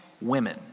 women